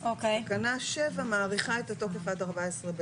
אז תקנה 7 מאריכה את התוקף עד ה-14.11.